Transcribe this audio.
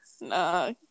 Nah